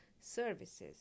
services